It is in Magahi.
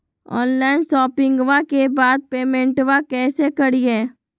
ऑनलाइन शोपिंग्बा के बाद पेमेंटबा कैसे करीय?